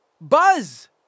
Buzz